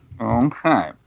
Okay